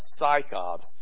psychops